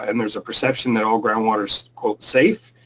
and there's a perception that all groundwater's safe,